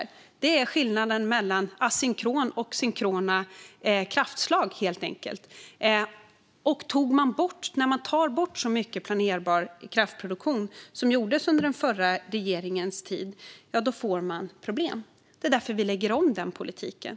Det handlar helt enkelt om skillnaden mellan asynkrona och synkrona kraftslag. När man tar bort så mycket planerbar kraftproduktion som man gjorde under den förra regeringens tid, ja, då får man problem, och det är därför vi lägger om den politiken.